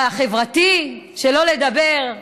בחברתי, שלא לדבר.